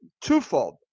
twofold